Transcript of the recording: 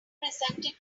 presented